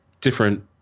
different